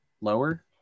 lower